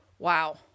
Wow